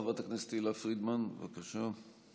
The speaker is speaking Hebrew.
חברת הכנסת תהלה פרידמן, בבקשה.